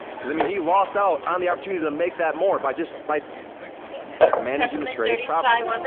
cause i mean, he lost out on the opportunity to make that more by just by managing the trade properly.